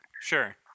sure